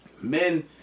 men